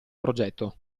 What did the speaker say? progetto